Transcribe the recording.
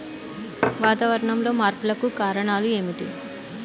వాతావరణంలో మార్పులకు కారణాలు ఏమిటి?